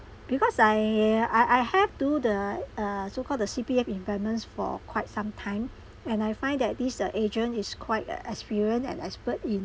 because I I I have do the uh so called the C_P_F investments for quite some time and I find that this uh agent is quite ugh experience and expert in